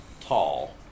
tall